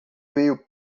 veio